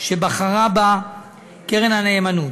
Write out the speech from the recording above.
שבחרה בה קרן הנאמנות.